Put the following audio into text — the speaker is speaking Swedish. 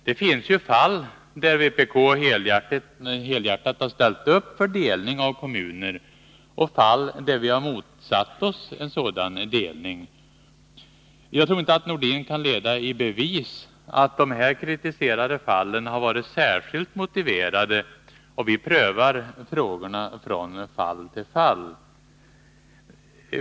Det finns fall då vpk helhjärtat ställt upp på en delning av kommuner, och fall då vi har motsatt oss en sådan delning. Jag tror inte att Sven-Erik Nordin kan leda i bevis att de här kritiserade fallen var särskilt motiverade. Vi prövar frågorna från fall till fall.